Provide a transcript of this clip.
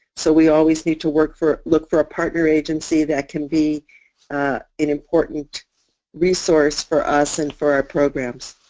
so we always need to work for, look for a partner agency that can be an important resource for us and for our programs.